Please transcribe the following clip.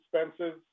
expenses